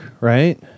right